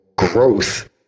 Growth